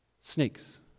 Snakes